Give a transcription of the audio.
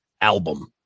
album